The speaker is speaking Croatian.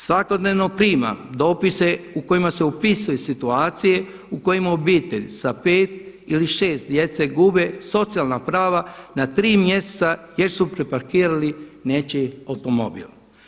Svakodnevno primam dopise u kojima se opisuje situacija u kojima obitelj sa 5 ili 6 djece gube socijalna prava na tri mjeseca jer su prepakirali nečiji automobil.